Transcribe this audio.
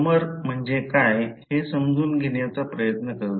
समर म्हणजे काय हे समजून घेण्याचा प्रयत्न करूया